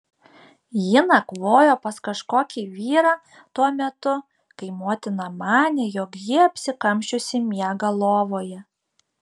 ji nakvojo pas kažkokį vyrą tuo metu kai motina manė jog ji apsikamšiusi miega lovoje